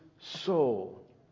soul